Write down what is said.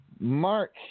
Mark